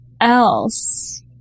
else